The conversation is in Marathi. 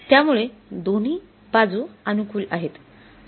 त्यामुळे दोन्ही बाजू अनुकूल आहेत